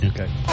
Okay